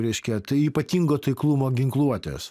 reiškia tai ypatingo taiklumo ginkluotės